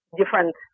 different